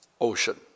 ocean